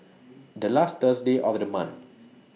The last Thursday of The month